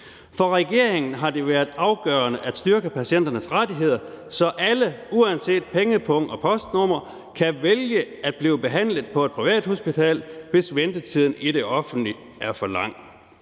For regeringen har det været afgørende at styrke patienternes rettigheder, så alle uanset pengepung og postnummer kan vælge at blive behandlet på et privathospital, hvis ventetiden i det offentlige er for lang.